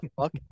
fuck